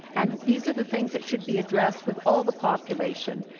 and these are the things that should be addressed with all the population.